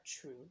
true